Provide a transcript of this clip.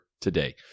today